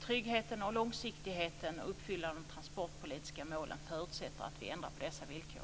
Tryggheten och långsiktigheten och uppfyllandet av de transportpolitiska målen förutsätter att vi ändrar på dessa villkor.